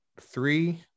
three